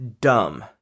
dumb